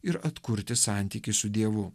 ir atkurti santykį su dievu